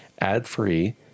ad-free